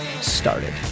started